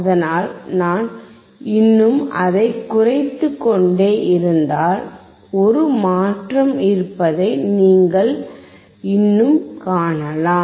அதனால் நான் இன்னும் அதைக் குறைத்துக்கொண்டே இருந்தால் ஒரு மாற்றம் இருப்பதை நீங்கள் இன்னும் காணலாம்